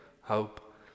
hope